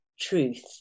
truth